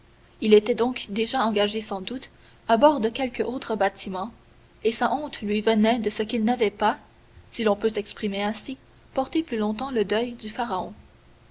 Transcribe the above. il était donc déjà engagé sans doute à bord de quelque autre bâtiment et sa honte lui venait de ce qu'il n'avait pas si l'on peut s'exprimer ainsi porté plus longtemps le deuil du pharaon